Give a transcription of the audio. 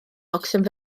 capten